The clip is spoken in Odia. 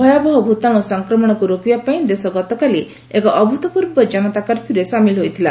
ଭୟାବହ ଭତାଣ୍ର ସଂକ୍ମଣକୁ ରୋକିବା ପାଇଁ ଦେଶ ଗତକାଲି ଏକ ଅଭ୍ରତପୂର୍ବ ଜନତା କର୍ଫ୍ୟୁରେ ସାମିଲ ହୋଇଥିଲା